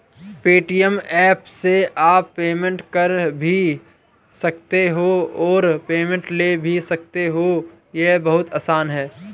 Paytm app से आप payment कर भी सकते हो और पेमेंट ले भी सकते हो, ये बहुत आसान है